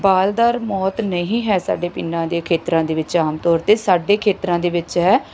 ਬਾਲ ਦਰ ਮੌਤ ਨਹੀਂ ਹੈ ਸਾਡੇ ਪਿੰਡਾਂ ਦੇ ਖੇਤਰਾਂ ਦੇ ਵਿੱਚ ਆਮ ਤੌਰ 'ਤੇ ਸਾਡੇ ਖੇਤਰਾਂ ਦੇ ਵਿੱਚ ਹੈ